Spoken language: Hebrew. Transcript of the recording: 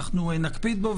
נקפיד בו,